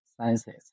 Sciences